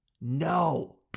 No